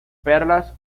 perlas